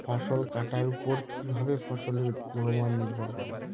ফসল কাটার উপর কিভাবে ফসলের গুণমান নির্ভর করে?